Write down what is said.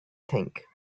think